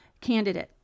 candidate